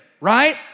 right